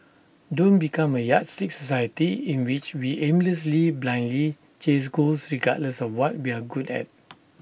don't become A yardstick society in which we aimlessly blindly chase goals regardless of what we're good at